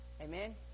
Amen